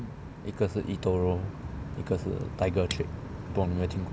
一个是 eToro 一个是 Tiger Trade 不懂你没有听过